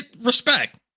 Respect